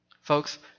Folks